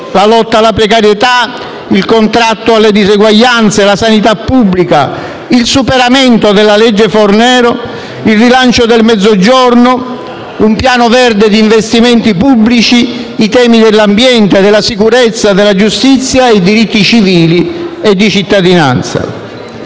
la lotta alla precarietà, il contrasto alle diseguaglianze, la sanità pubblica, il superamento della legge Fornero, il rilancio del Mezzogiorno, un piano verde di investimenti pubblici, i temi dell'ambiente, della sicurezza, della giustizia e i diritti civili e di cittadinanza.